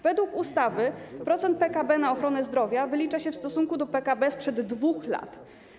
Według ustawy procent PKB na ochronę zdrowia wylicza się w stosunku do PKB sprzed 2 lat.